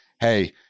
hey